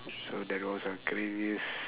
so that was a craziest